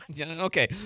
Okay